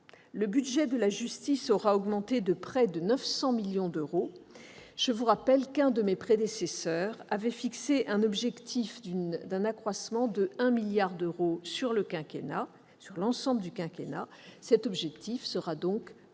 le budget de la justice augmentera ainsi de près de 900 millions d'euros. L'un de mes prédécesseurs avait fixé l'objectif d'un accroissement d'un milliard d'euros sur l'ensemble du quinquennat. Cet objectif sera donc quasiment